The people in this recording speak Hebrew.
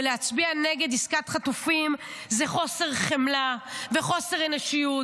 ולהצביע נגד עסקת חטופים זה חוסר חמלה וחוסר אנושיות.